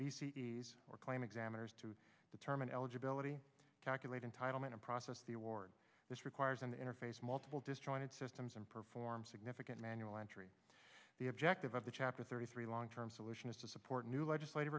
c s or claim examiners to determine eligibility calculate entitlement to process the award this requires an interface multiple disjointed systems and perform significant manual entry the objective of the chapter thirty three long term solution is to support new legislative